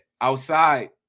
outside